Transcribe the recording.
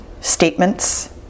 statements